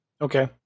Okay